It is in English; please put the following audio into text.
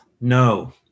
no